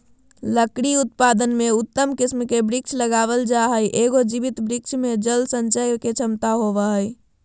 लकड़ी उत्पादन में उत्तम किस्म के वृक्ष लगावल जा हई, एगो जीवित वृक्ष मे जल संचय के क्षमता होवअ हई